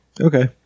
Okay